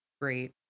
great